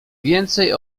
więcej